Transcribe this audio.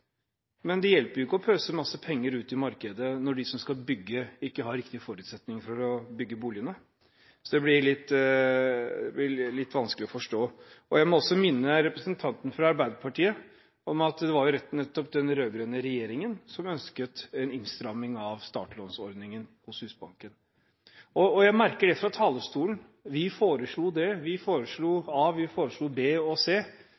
Men det hjelper jo ikke å pøse ut masse penger i markedet når de som skal bygge, ikke har riktige forutsetninger for å bygge boligene. Så det blir litt vanskelig å forstå. Jeg må også minne representanten fra Arbeiderpartiet om at det var nettopp den rød-grønne regjeringen som ønsket en innstramning av startlånsordningen hos Husbanken. Og jeg merker det fra talerstolen: Vi foreslo det, vi foreslo